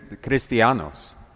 cristianos